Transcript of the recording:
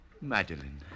Madeline